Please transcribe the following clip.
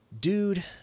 dude